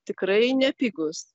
tikrai nepigūs